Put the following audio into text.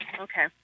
Okay